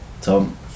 Tom